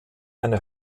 eine